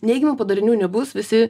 neigiamų padarinių nebus visi